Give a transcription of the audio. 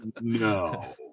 no